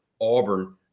Auburn